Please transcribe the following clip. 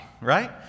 right